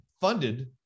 funded